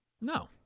No